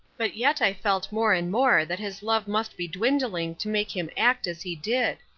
but yet i felt more and more that his love must be dwindling to make him act as he did.